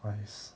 !hais!